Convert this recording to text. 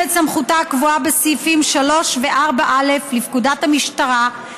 את סמכותה הקבועה בסעיפים 3 ו-4א לפקודת המשטרה ,